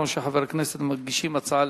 אחרת אנחנו נגיע למצב שגם,